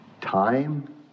time